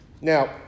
Now